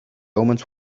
omens